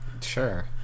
Sure